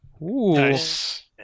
Nice